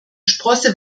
sprosse